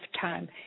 time